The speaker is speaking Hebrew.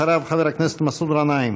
אחריו, חבר הכנסת מסעוד גנאים.